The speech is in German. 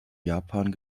japan